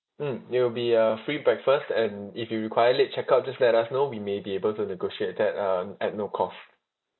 mm it will be uh free breakfast and if you require late check out just let us know we may be able to negotiate that uh at no cost